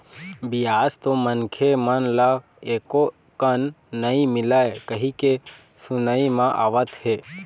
बियाज तो मनखे मन ल एको कन नइ मिलय कहिके सुनई म आवत हे